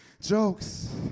jokes